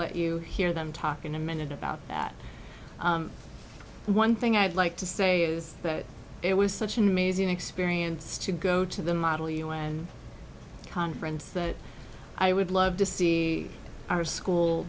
let you hear them talk in a minute about that one thing i'd like to say is it was such an amazing experience to go to the model you and conference that i would love to see our school